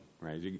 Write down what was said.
right